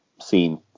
seen